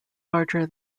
larger